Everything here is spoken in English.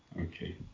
okay